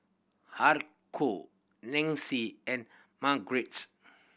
Haruko Nancy and Margrett